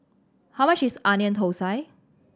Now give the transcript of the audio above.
how much is Onion Thosai